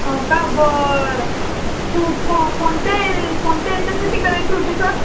हो का बरं कु को कोणत्या कोणत्या याच्यासाठी करायची होती सर